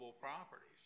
properties